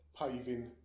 paving